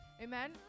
Amen